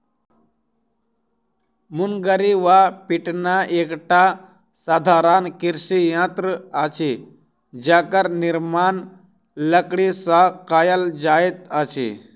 मुंगरी वा पिटना एकटा साधारण कृषि यंत्र अछि जकर निर्माण लकड़ीसँ कयल जाइत अछि